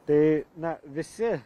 tai na visi